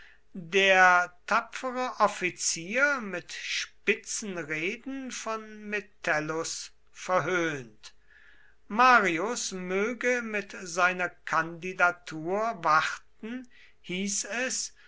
der tapfere offizier mit spitzen reden von metellus verhöhnt marius möge mit seiner kandidatur warten hieß es